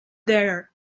there